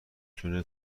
تونه